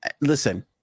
listen